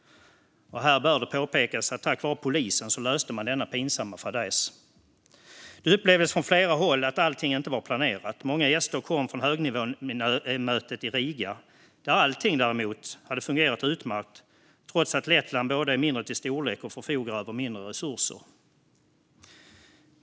Här bör det påpekas att denna pinsamma fadäs löstes tack vare polisen. Det upplevdes från flera håll att allting inte var planerat. Många gäster kom från högnivåmötet i Riga, där allt däremot hade fungerat utmärkt trots att Lettland både är mindre till storlek och förfogar över mindre resurser.